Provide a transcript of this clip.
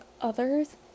others